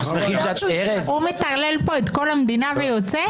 הוא מטרלל פה את כל המדינה ויוצא?